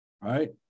right